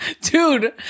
Dude